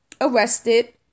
arrested